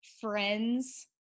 friends